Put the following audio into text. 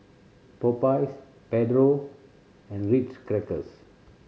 Popeyes Pedro and Ritz Crackers